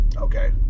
Okay